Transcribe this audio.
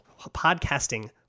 podcasting